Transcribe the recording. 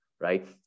right